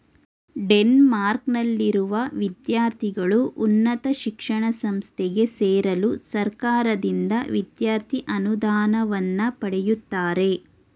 ಡೆನ್ಮಾರ್ಕ್ನಲ್ಲಿರುವ ವಿದ್ಯಾರ್ಥಿಗಳು ಉನ್ನತ ಶಿಕ್ಷಣ ಸಂಸ್ಥೆಗೆ ಸೇರಲು ಸರ್ಕಾರದಿಂದ ವಿದ್ಯಾರ್ಥಿ ಅನುದಾನವನ್ನ ಪಡೆಯುತ್ತಾರೆ